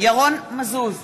ירון מזוז,